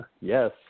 Yes